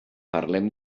parlem